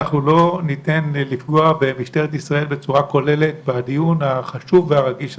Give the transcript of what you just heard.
אנחנו לא ניתן לפגוע במשטרת ישראל בצורה כוללת בדיון החשוב והרגיש הזה.